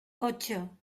ocho